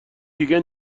دیگه